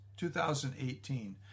2018